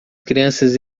crianças